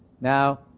Now